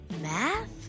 math